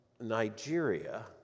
Nigeria